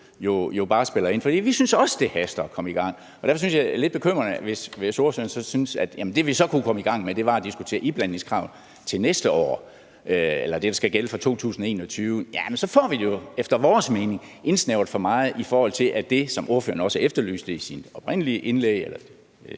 jo bare havde spillet ind. Vi synes også, det haster med at komme i gang, og derfor synes jeg, det er lidt bekymrende, hvis ordføreren synes, at det, vi så kunne komme i gang med, var at diskutere det iblandingskrav, der skal gælde for 2021. For så får vi jo efter vores mening indsnævret for meget i forhold til det, som ordføreren også efterlyste i sit første indlæg, nemlig